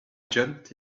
jumped